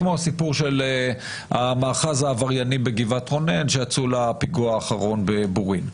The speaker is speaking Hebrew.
כמו הסיפור של המאחז העברייני בגבעת רונן שיצאו לפיגוע האחרון בבורין.